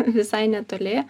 visai netoli